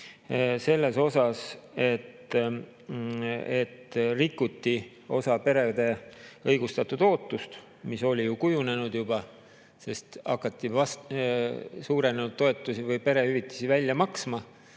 selle kohta, et rikuti osa perede õigustatud ootust, mis oli juba kujunenud, sest hakati suurenenud toetusi või perehüvitisi välja maksma,